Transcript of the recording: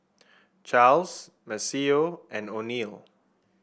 Charles Maceo and Oneal